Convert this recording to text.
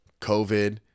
COVID